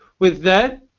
with that,